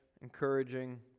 encouraging